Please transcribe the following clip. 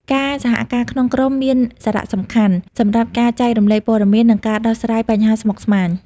ការសហការក្នុងក្រុមមានសារៈសំខាន់សម្រាប់ការចែករំលែកព័ត៌មាន និងការដោះស្រាយបញ្ហាស្មុគស្មាញ។